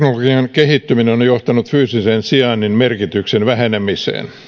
kehittyminen on on johtanut fyysisen sijainnin merkityksen vähenemiseen